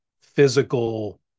physical